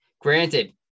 Granted